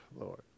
Lord